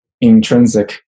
intrinsic